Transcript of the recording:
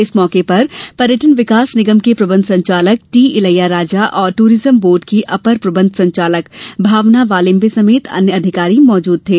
इस मौके पर पर्यटन विकास निगम के प्रबंध संचालक टी इलैया राजा और टूरिज्म बोर्ड की अपर प्रबंध संचालक भावना वालिम्बे समेत अन्य अधिकारी मौजूद थे